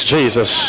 Jesus